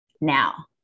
Now